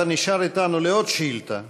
אתה נשאר אתנו לעוד שאילתה,